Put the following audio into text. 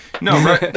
No